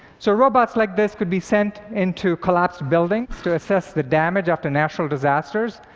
so robots like this could be sent into collapsed buildings, to assess the damage after natural disasters,